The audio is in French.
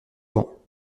vent